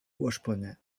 ursprünge